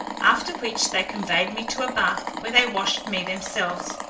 after which they conveyed me to a bath, where they washed me themselves,